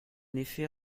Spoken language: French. effet